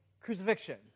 crucifixion